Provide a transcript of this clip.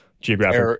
geographic